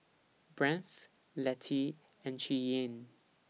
Brandt's Lettie and Cheyenne